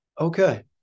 Okay